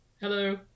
Hello